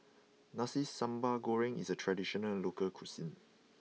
Nasi Sambal Goreng is a traditional local cuisine